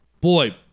boy